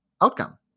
outcome